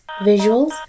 visuals